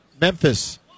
Memphis